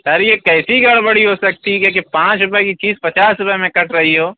سر یہ کیسی گڑبڑی ہو سکتی ہے کہ پانچ روپئے کی چیز پچاس روپئے میں کٹ رہی ہو